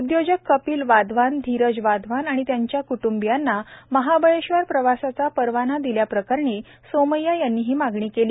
उद्योजक कपिल वाधवान धीरज वाधवान आणि त्यांच्या कुटुंबीयांना महाबळेश्वर प्रवासाचा परवाना दिल्याप्रकरणी सोमय्या यांनी ही मागणी केली